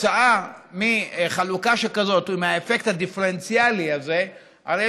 התוצאה מחלוקה שכזאת והאפקט הדיפרנציאלי הזה הרי